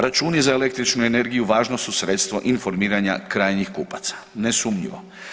Računi za električnu energiju važno su sredstvo informiranja krajnjih kupaca, nesumnjivo.